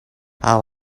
how